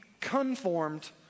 conformed